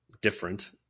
different